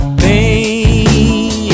pain